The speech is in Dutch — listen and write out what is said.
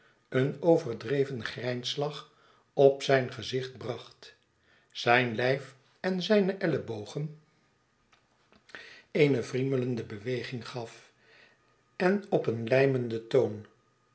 een overdreven grijnslach op zijn gezicht bracht zijn lijf en zijne ellenbogen eene wriemelde beweging gaf en op een lijmenden toon